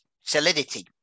Solidity